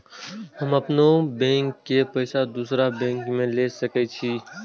हम अपनों बैंक के पैसा दुसरा बैंक में ले सके छी?